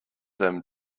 them